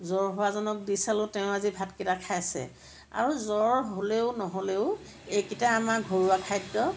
জ্বৰ হোৱা জনক দি চালো তেওঁ আজি ভাতকেইটা খাইছে আৰু জ্বৰ হ'লেও নহ'লেও এইকেইটা আমাৰ ঘৰুৱা খাদ্য়